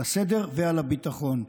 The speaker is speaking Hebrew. על הסדר ועל הביטחון.